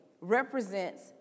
represents